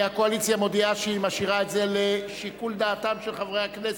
הקואליציה מודיעה שהיא משאירה את זה לשיקול דעתם של חברי הכנסת.